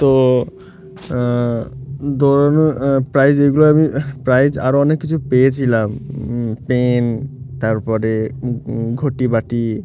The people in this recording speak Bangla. তো দৌড়ানোর প্রাইজ এগুলো আমি প্রাইজ আরও অনেক কিছু পেয়েছিলাম পেন তারপরে ঘটি বাটি